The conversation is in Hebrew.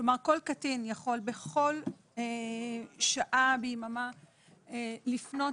כל קטין יכול בכל שעה ביממה לפנות